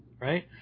right